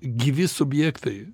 gyvi subjektai